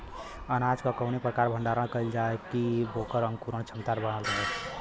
अनाज क कवने प्रकार भण्डारण कइल जाय कि वोकर अंकुरण क्षमता बनल रहे?